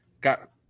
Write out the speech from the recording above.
got